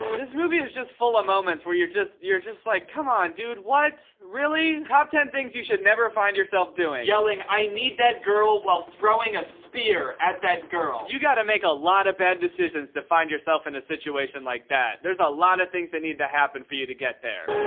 this movie is just full of moments where you're just you're just like, come on dude, what really? top ten things you should never find yourself doing. yelling i need that girl, while throwing a spear at that girl. you gotta make a lot of bad decisions to find yourself in a situation like that. there's a lot of things that need to happen for you to get there.